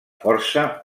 força